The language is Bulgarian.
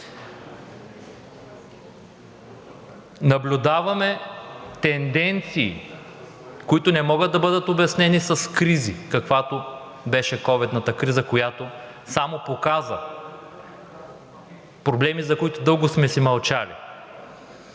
Наблюдаваме тенденции, които не могат да бъдат обяснени с кризи, каквато беше ковидната криза, която само показа проблемите, за които дълго сме си мълчали.